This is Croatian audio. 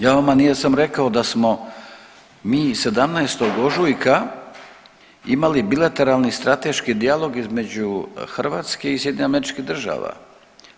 Ja vama nijesam rekao da smo mi i 17. ožujka imali bilateralni strateški dijalog između Hrvatske i SAD-a.